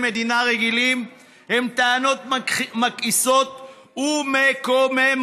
מדינה רגילים הן טענות מכעיסות ומקוממות.